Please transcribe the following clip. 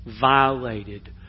violated